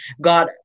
God